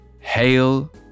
Hail